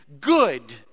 good